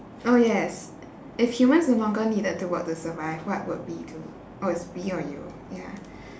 oh yes if humans no longer needed to work to survive what would we do oh it's me or you ya